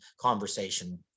conversation